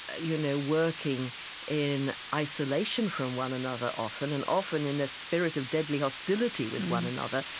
you know, working in isolation from one another often, and often in a spirit of deadly hostility with one another,